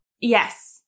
yes